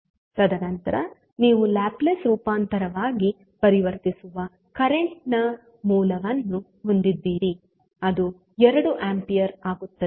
ತದನಂತರ ನೀವು ಲ್ಯಾಪ್ಲೇಸ್ ರೂಪಾಂತರವಾಗಿ ಪರಿವರ್ತಿಸುವ ಕರೆಂಟ್ ನ ಮೂಲವನ್ನು ಹೊಂದಿದ್ದೀರಿ ಅದು 2 ಆಂಪಿಯರ್ ಆಗುತ್ತದೆ